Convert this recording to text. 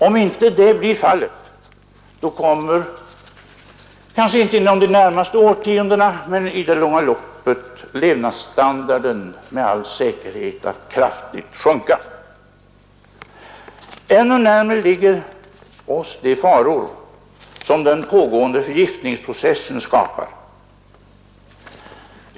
Om inte det blir fallet kommer, kanske inte inom de närmaste årtiondena men i det långa loppet, levnadsstandarden med all säkerhet att kraftigt sjunka. Ännu närmare i tiden ligger oss de faror som den pågående förgiftningsprocessen skapar.